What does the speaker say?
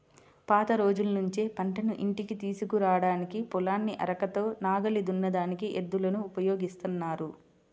పాత రోజుల్నుంచే పంటను ఇంటికి తీసుకురాడానికి, పొలాన్ని అరకతో నాగలి దున్నడానికి ఎద్దులను ఉపయోగిత్తన్నారు